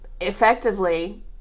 effectively